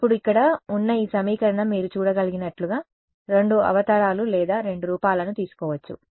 ఇప్పుడు ఇక్కడ ఉన్న ఈ సమీకరణం మీరు చూడగలిగినట్లుగా రెండు అవతారాలు లేదా రెండు రూపాలను తీసుకోవచ్చు